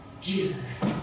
Jesus